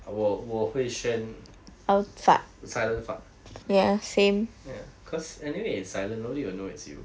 我我会选 silent fart ya because anyways it's silent nobody will know it's you